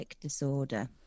disorder